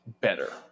Better